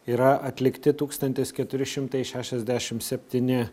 yra atlikti tūkstantis keturi šimtai šešiasdešim septyni